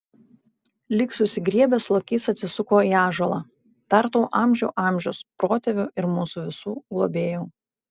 lyg susigriebęs lokys atsisuko į ąžuolą dar tau amžių amžius protėvių ir mūsų visų globėjau